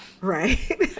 Right